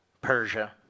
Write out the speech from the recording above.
Persia